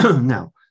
Now